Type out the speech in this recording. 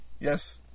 Yes